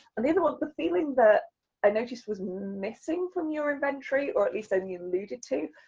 and the other one, the feeling that i noticed was missing from your inventory, or at least only alluded to,